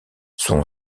son